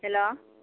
hello